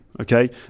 Okay